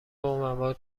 مواد